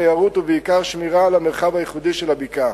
תיירות ובעיקר שמירה על המרחב הייחודי של הבקעה.